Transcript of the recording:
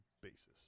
basis